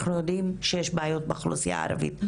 אנחנו יודעים שיש בעיות באוכלוסייה הערבית.